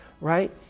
right